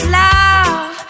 love